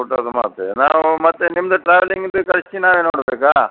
ಊಟದ್ದು ಮತ್ತೆ ನಾವು ಮತ್ತೆ ನಿಮ್ಮದು ಟ್ರಾವೆಲಿಂಗಿದ್ದು ಖರ್ಚು ನಾವೇ ನೋಡಬೇಕ